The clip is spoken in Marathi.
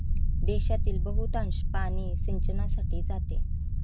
देशातील बहुतांश पाणी सिंचनासाठी जाते